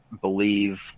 believe